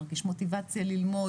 מרגיש מוטיבציה ללמוד?